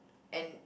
and